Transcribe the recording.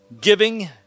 giving